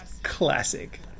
classic